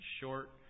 short